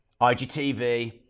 IGTV